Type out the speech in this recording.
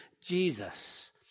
Jesus